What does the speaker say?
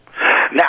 Now